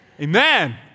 Amen